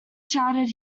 shouted